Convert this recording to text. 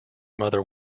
mother